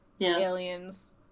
Aliens